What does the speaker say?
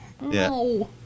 no